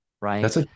right